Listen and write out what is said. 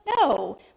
No